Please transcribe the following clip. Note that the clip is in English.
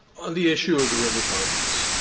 on the issue of the written findings,